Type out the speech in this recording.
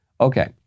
Okay